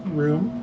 room